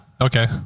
okay